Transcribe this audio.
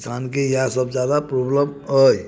आब किसान के इएह सब जादा प्रोब्लम अइ